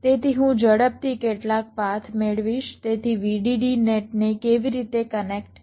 તેથી હું ઝડપથી કેટલાક પાથ મેળવીશ તેથી VDD નેટને કેવી રીતે કનેક્ટ કરવું